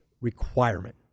requirement